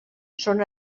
són